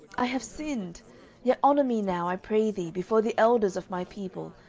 i have sinned yet honour me now, i pray thee, before the elders of my people,